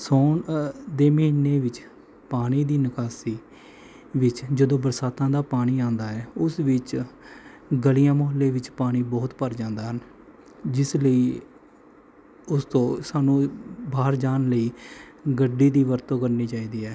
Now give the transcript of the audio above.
ਸਾਉਣ ਅ ਦੇ ਮਹੀਨੇ ਵਿੱਚ ਪਾਣੀ ਦੀ ਨਿਕਾਸੀ ਵਿੱਚ ਜਦੋਂ ਬਰਸਾਤਾਂ ਦਾ ਪਾਣੀ ਆਉਂਦਾ ਹੈ ਉਸ ਵਿੱਚ ਗਲੀਆਂ ਮੁਹੱਲੇ ਵਿੱਚ ਪਾਣੀ ਬਹੁਤ ਭਰ ਜਾਂਦਾ ਹਨ ਜਿਸ ਲਈ ਉਸ ਤੋਂ ਸਾਨੂੰ ਬਾਹਰ ਜਾਣ ਲਈ ਗੱਡੀ ਦੀ ਵਰਤੋਂ ਕਰਨੀ ਚਾਹੀਦੀ ਹੈ